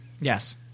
Yes